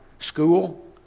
School